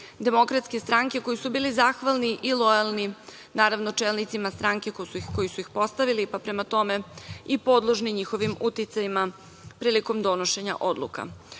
simpatizeri DS, koji su bili zahvalni i lojalni naravno čelnicima stranke koji su ih postavili, pa prema tome i podložni njihovim uticajima prilikom donošenja odluka. Vrlo